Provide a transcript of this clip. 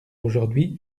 aujourd’hui